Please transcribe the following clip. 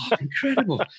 Incredible